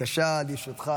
בבקשה, לרשותך